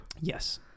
Yes